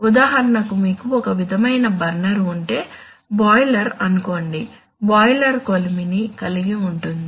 ఉదాహరణకు మీకు ఒక విధమైన బర్నర్ ఉంటే బాయిలర్ అనుకోండి బాయిలర్ కొలిమి ని కలిగి ఉంటుంది